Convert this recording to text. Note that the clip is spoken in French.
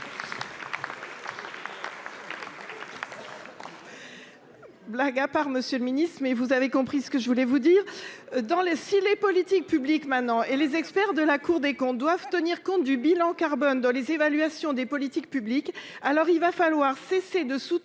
Blague à part, Monsieur le Ministre. Mais vous avez compris ce que je voulais vous dire. Dans les, si les politiques publiques maintenant et les experts de la Cour des comptes doivent tenir compte du bilan carbone dans les évaluations des politiques publiques. Alors il va falloir cesser de soutenir